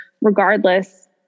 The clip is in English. regardless